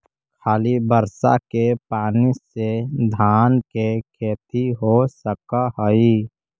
खाली बर्षा के पानी से धान के खेती हो सक हइ?